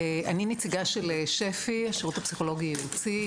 אני נציגה של שפ"י - שירות פסיכולוגי ייעוצי.